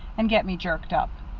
and get me jerked up.